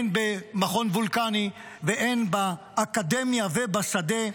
הן במכון וולקני והן באקדמיה ובשדה,